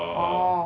orh